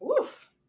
oof